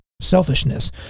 selfishness